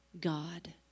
God